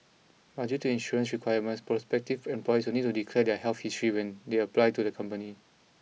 but due to insurance requirements prospective employees will need to declare their health history when they apply to the company